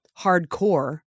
hardcore